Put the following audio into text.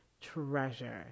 Treasure